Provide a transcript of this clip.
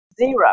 Zero